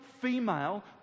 female